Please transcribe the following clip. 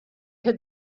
had